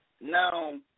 Now